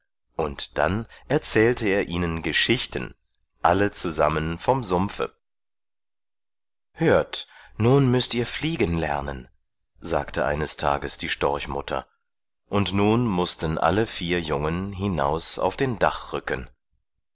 und dann erzählte er ihnen geschichten alle zusammen vom sumpfe hört nun müßt ihr fliegen lernen sagte eines tages die storchmutter und nun mußten alle vier jungen hinaus auf den